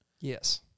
Yes